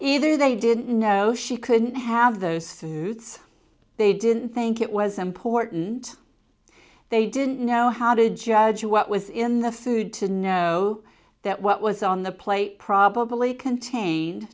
either they didn't know she couldn't have those truths they didn't think it was important they didn't know how to judge what was in the food to know that what was on the plate probably contained